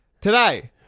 Today